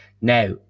Now